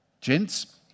Gents